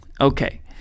Okay